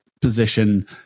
position